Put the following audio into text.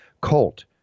Colt